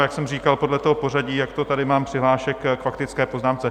Jak jsem říkal podle pořadí, jak tady mám přihlášky k faktické poznámce.